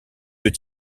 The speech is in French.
deux